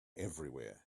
everywhere